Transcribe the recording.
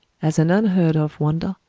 as an unheard-of wonder,